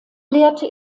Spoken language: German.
lehrte